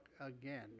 again